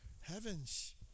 Heavens